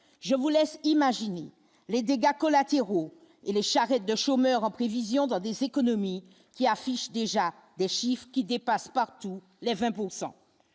je vous laisse imaginer les dégâts collatéraux et les charrettes de chômeurs en prévision dans des économies qui affiche déjà des chiffres qui dépassent partout les 20